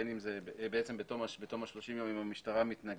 בין אם זה בתום ה-30 ימים אם המשטרה מתנגדת,